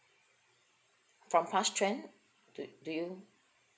from past trend do do you